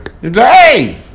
Hey